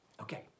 Okay